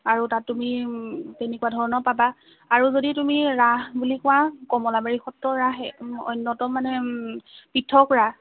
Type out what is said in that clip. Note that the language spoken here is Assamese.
অৰু তাত তুমি তেনেকুৱা ধৰণৰ পাবা আৰু যদি তুমি ৰাস বুলি কোৱা কমলাবাৰী সত্ৰৰ ৰাস অন্যতম মানে পৃথক ৰাস